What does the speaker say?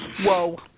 Whoa